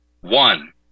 one